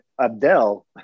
Abdel